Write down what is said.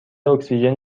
اکسیژن